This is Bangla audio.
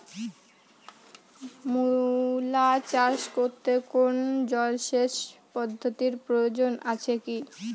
মূলা চাষ করতে কোনো জলসেচ পদ্ধতির প্রয়োজন আছে কী?